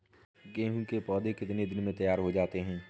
गेहूँ के पौधे कितने दिन में तैयार हो जाते हैं?